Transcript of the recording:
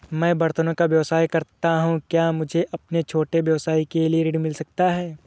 मैं बर्तनों का व्यवसाय करता हूँ क्या मुझे अपने छोटे व्यवसाय के लिए ऋण मिल सकता है?